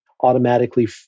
automatically